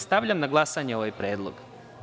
Stavljam na glasanje ovaj predlog.